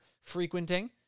frequenting